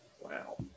Wow